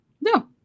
No